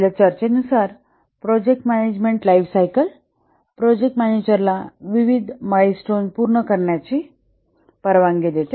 आपल्या चर्चेनुसार project management life cycle project manager ला विविध माईलस्टोन्स पूर्ण करण्याची परवानगी देते